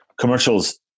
commercials